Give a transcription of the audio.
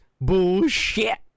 bullshit